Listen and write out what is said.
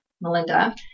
Melinda